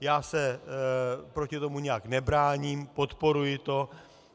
Já se proti tomu nijak nebráním, podporuji to,